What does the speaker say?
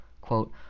Quote